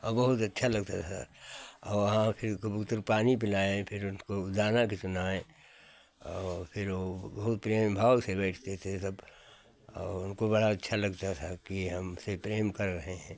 और बहुत अच्छा लगता था औ वहाँ फिर कबूतर पानी पिलाए फिर उनको दाना भी चुनाए और फिर वो बहुत प्रेम भाव से बोलता था सब और हमको बड़ा अच्छा लगता था कि हमसे प्रेम कर रहे हैं